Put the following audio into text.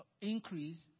increase